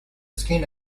skin